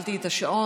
הפעלתי את השעון,